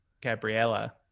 Gabriella